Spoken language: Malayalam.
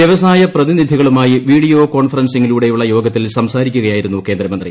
വ്യവസായ പ്രതിനിധികളുമായി വീഡിയോ കോൺഫറൻസിംഗിലൂടെയുള്ള യോഗത്തിൽ സംസാരിക്കുകയായിരുന്നു കേന്ദ്രമന്ത്രി